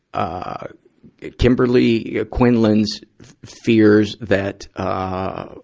ah kimberly quinlan's fears that, ah, ah,